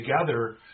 together